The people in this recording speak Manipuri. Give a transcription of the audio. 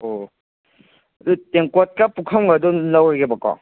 ꯑꯣ ꯑꯗꯣ ꯇꯦꯡꯀꯦꯠꯀ ꯄꯨꯈꯝꯒ ꯑꯗꯨꯝ ꯂꯧꯔꯒꯦꯕꯀꯣ